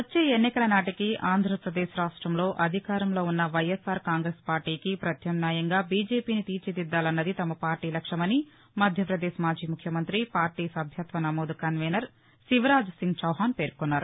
వచ్చే ఎన్నికల నాటికి ఆంధ్రప్రదేశ్ రాష్టంలో అధికారంలో ఉన్న వైఎస్సార్ కాంగ్రెస్ పార్టీకి ప్రత్యామ్నాయంగా బీజేపీని తీర్చిదిద్దాలన్నది తమ పార్టీ లక్ష్యమని మధ్యప్రదేశ్ మాజీ ముఖ్యమంతి పార్టీ సభ్యత్వ నమోదు కన్వీనర్ శివరాజ్ సింగ్ చౌహాన్ పేర్కొన్నారు